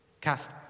Cast